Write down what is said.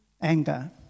Anger